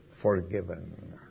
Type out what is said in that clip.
Forgiven